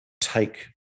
take